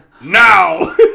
now